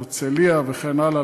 הרצלייה וכן הלאה.